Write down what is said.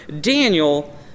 Daniel